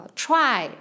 try